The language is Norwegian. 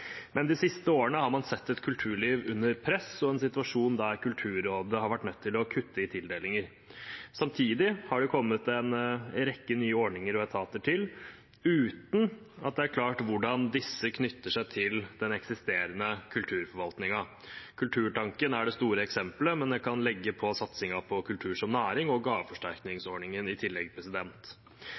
Men de siste årene har man sett et kulturliv under press og en situasjon der Kulturrådet har vært nødt til å kutte i tildelinger. Samtidig har det kommet til en rekke nye ordninger og etater uten at det er klart hvordan disse knytter seg til den eksisterende kulturforvaltningen. Kulturtanken er det store eksemplet, men man kan nevne satsing på kultur som næring og gaveforsterkningsordningen i tillegg.